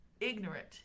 ignorant